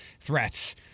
threats